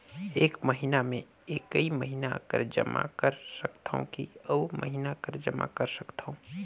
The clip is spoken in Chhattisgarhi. एक महीना मे एकई महीना कर जमा कर सकथव कि अउ महीना कर जमा कर सकथव?